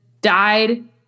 died